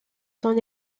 son